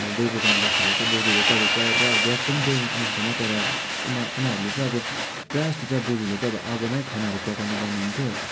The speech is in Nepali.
बोजूकोमा बस्ताखेरि चाहिँ बोजूले चाहिँ प्रायः प्रायः ग्यास पनि थियो उनीहरूकोमा तर उना उनीहरूले चाहिँ आब प्रायःजस्तो चाहिँ बोजूले चाहिँ अब आगोमै खानाहरू पकाउने गर्नु हुन्थ्यो